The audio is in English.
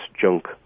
junk